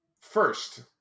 First